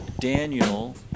Daniel